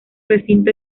recinto